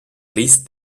least